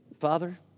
Father